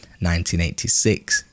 1986